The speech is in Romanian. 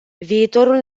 viitorul